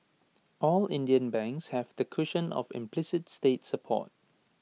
all Indian banks have the cushion of implicit state support